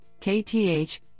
KTH